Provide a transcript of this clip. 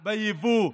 על השתייה הממותקת.